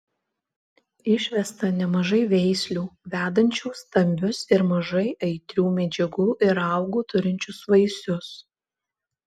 išvesta nemažai veislių vedančių stambius ir mažai aitrių medžiagų ir raugų turinčius vaisius